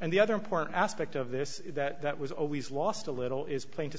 and the other important aspect of this that was always lost a little is plain just